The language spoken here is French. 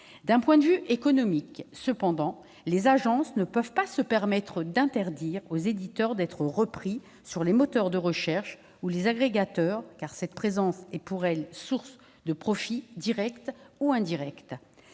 d'un point de vue économique, les agences ne peuvent pas se permettre d'interdire aux éditeurs d'être repris sur les moteurs de recherche ou les agrégateurs, car cette présence est pour elles source de profit direct ou indirect